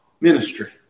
ministry